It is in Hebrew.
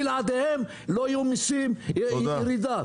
בלעדיהם לא יהיו מיסים ותהיה ירידה.